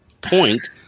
point